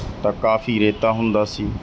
ਤਾਂ ਕਾਫੀ ਰੇਤਾ ਹੁੰਦਾ ਸੀ